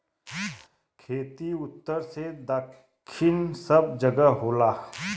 खेती उत्तर से दक्खिन सब जगह होला